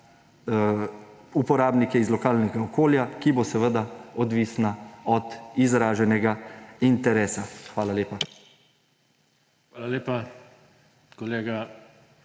uporabnike iz lokalnega okolja, ki bo seveda odvisna od izraženega interesa. Hvala lepa. PODPREDSEDNIK